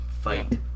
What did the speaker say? fight